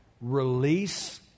release